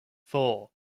four